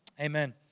Amen